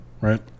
right